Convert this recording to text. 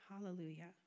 Hallelujah